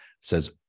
says